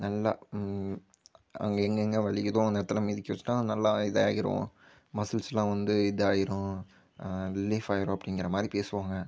நல்லா அங்கே எங்கெங்க வலிக்குதோ அந்த இடத்துல மிதிக்க வச்சிட்டால் நல்லா இதாகிடும் மசில்ஸ்லாம் வந்து இதாகிடும் ரிலிஃபாயிடும் அப்படிங்குற மாதிரி பேசுவாங்க